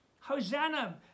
Hosanna